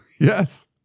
Yes